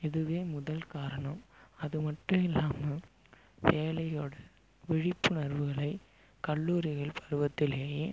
இதுவே முதல் காரணம் அதுமட்டும் இல்லாமல் வேலையோட விழிப்புணர்வுகளை கல்லூரிகள் பருவத்திலேயே